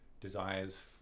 desires